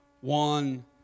one